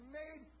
made